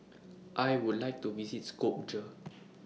I Would like to visit Skopje